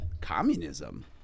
communism